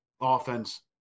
offense